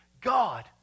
God